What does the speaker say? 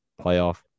playoff